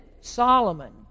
Solomon